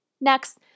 Next